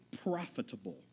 profitable